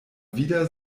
wieder